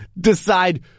decide